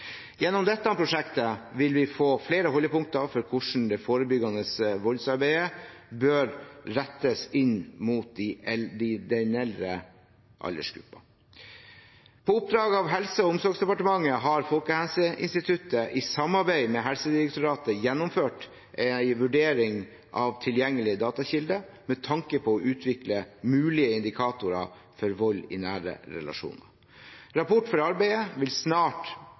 Gjennom dette prosjektet vil vi få flere holdepunkter for hvordan det forebyggende voldsarbeidet bør rettes inn mot den eldre aldersgruppen. På oppdrag fra Helse- og omsorgsdepartementet har Folkehelseinstituttet i samarbeid med Helsedirektoratet gjennomført en vurdering av tilgjengelige datakilder med tanke på å utvikle mulige indikatorer for vold i nære relasjoner. Rapport fra arbeidet vil